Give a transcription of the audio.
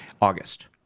August